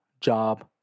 job